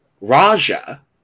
Raja